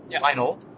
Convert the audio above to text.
Final